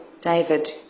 David